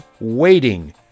waiting